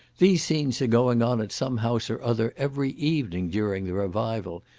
these scenes are going on at some house or other every evening during the revival,